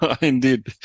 indeed